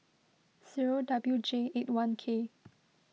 zero W J eight one K